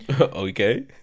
Okay